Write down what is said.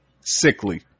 Sickly